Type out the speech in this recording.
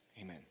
Amen